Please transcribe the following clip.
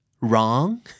Wrong